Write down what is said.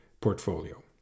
portfolio